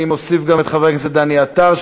אני מוסיף גם את חבר הכנסת דני עטר,